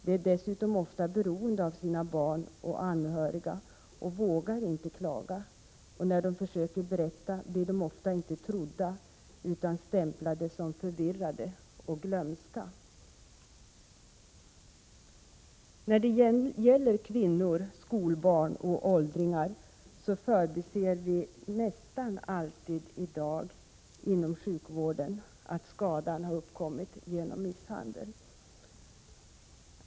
De är dessutom ofta beroende av sina barn och anhöriga och vågar inte klaga. Och när de försöker berätta blir de ofta inte trodda utan stämplade som förvirrade och glömska.” När det gäller kvinnor, skolbarn och åldringar förbiser vi nästan alltid i dag inom sjukvården att skadan uppkommit genom misshandel.